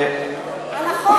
על החוק של,